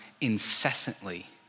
incessantly